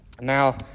now